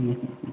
હં હં